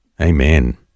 Amen